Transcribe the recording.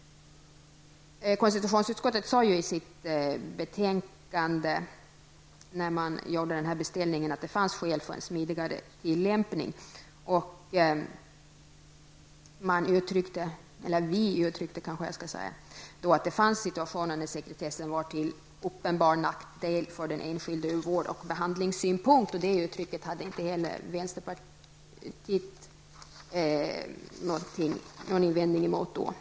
Konstitutionsutskottet sade i sitt betänkande, när man gjorde beställningen, att det fanns skäl för en smidigare tillämpning. Vi uttryckte då att det finns situationer när sekretessen är till uppenbar nackdel för den enskilde ur vård och behandlingssynpunkt. Detta hade vänsterpartiet ingen invändning emot då.